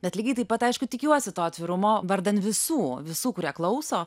bet lygiai taip pat aišku tikiuosi to atvirumo vardan visų visų kurie klauso